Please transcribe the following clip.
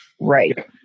Right